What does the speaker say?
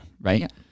right